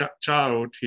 child